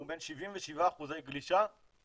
הוא בין 77% גלישה ל-82%.